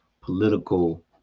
political